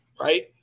right